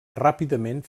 ràpidament